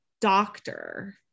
doctor